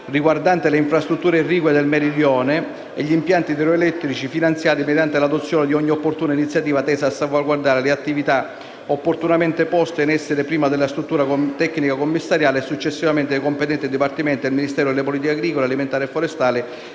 riguardanti le infrastrutture irrigue del Meridione e gli impianti idroelettrici finanziati, mediante l’adozione di ogni opportuna iniziativa tesa a salvaguardare le attività opportunamente poste in essere prima dalla struttura tecnica commissariale e successivamente dai competenti dipartimenti del Ministero delle politiche agricole, alimentari e forestali,